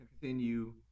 Continue